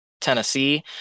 Tennessee